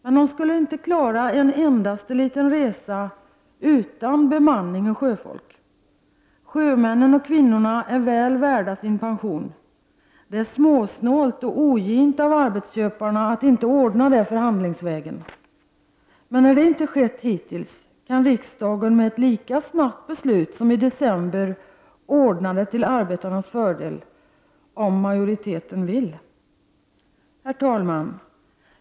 Men de skulle inte klara en enda liten resa utan bemanning och sjöfolk. Sjömännen och kvinnorna är väl värda sin pension. Det är småsnålt och ogint av arbetsköparna att inte ordna det förhandlingsvägen. När det hittills inte har skett kan riksdagen med ett lika snabbt beslut som i december ordna det till arbetarnas fördel, om riksdagsmajoriteten så vill. Herr talman!